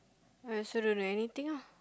I also don't know anything ah